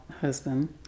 husband